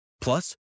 Plus